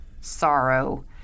sorrow